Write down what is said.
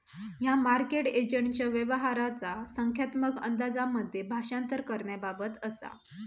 ह्या मार्केट एजंटच्या व्यवहाराचा संख्यात्मक अंदाजांमध्ये भाषांतर करण्याबाबत असा